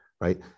right